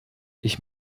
ich